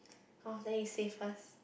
oh let you say first